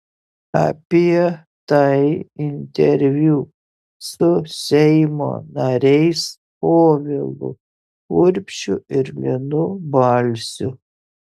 apie tai interviu su seimo nariais povilu urbšiu ir linu balsiu